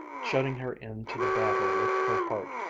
shutting her in to the battle with her heart.